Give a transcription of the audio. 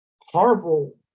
horrible